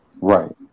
right